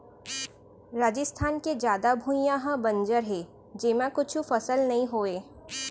राजिस्थान के जादा भुइयां ह बंजर हे जेमा कुछु फसल नइ होवय